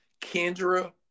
kendra